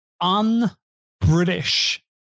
un-British